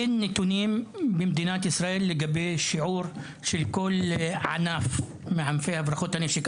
אין נתונים במדינת ישראל לגבי שיעור של כל ענף מענפי הברחות הנשק.